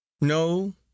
No